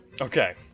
Okay